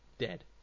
dead